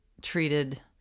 treated